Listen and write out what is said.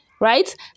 right